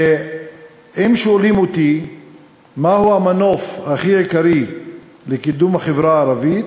ואם היו שואלים אותי מהו המנוף העיקרי לקידום החברה הערבית,